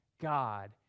God